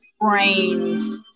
brains